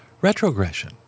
retrogression